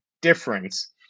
difference